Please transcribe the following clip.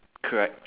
correct